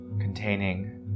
containing